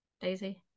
Daisy